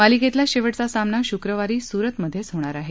मालिकेतला शेवटचा सामना शुक्रवारी सूरतमध्येच होणार आहे